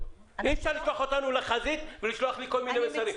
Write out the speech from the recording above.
אי אפשר לשלוח אותנו לחזית ולשלוח לי כל מיני מסרים.